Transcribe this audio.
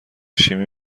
شیمی